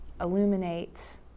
illuminate